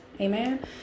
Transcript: amen